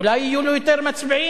אולי יהיו לו יותר מצביעים.